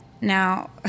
Now